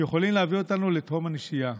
יכול להביא אותנו לתהום הנשייה.